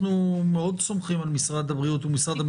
אנחנו מאוד סומכים על משרד הבריאות ומשרד המשפטים.